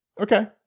Okay